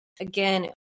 again